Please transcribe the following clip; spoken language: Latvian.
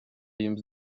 jums